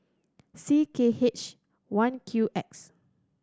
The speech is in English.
C K H one Q X